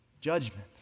Judgment